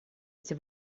эти